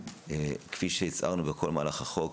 כפי שהצהרנו בכל מהלך החוק,